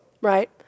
right